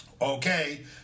Okay